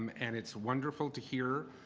um and it's wonderful to hear.